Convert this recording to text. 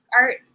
art